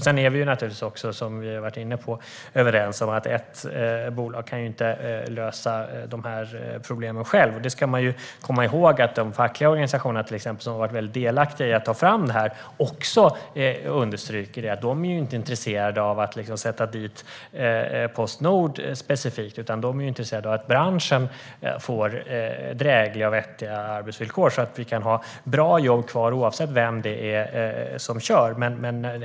Sedan är vi, som vi har varit inne på, naturligtvis överens om att ett bolag inte kan lösa de här problemen själv, det ska man komma ihåg. De fackliga organisationerna, som har varit väldigt delaktiga i ta fram detta, understryker också att de inte är intresserade av att sätta dit Postnord specifikt. De är intresserade av att branschen får drägliga och vettiga arbetsvillkor så att man kan ha kvar bra jobb oavsett vem det är som kör.